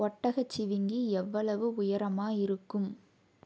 ஒட்டகச்சிவிங்கி எவ்வளவு உயரமாக இருக்கும்